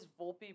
Volpe